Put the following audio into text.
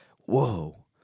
whoa